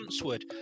Huntswood